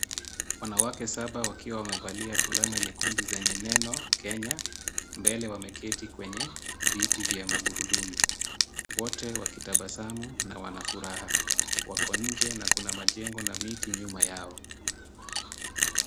Wanawake saba wakiwa wamevalia fulana nyekundu zenye neno Kenya mbele, wameketi kwenye viti vya magurudumu, wote wakitabasamu na wana furaha. Wako nje na kuna majengo na miti nyuma yao.